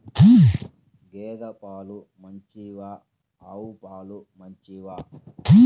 గేద పాలు మంచివా ఆవు పాలు మంచివా?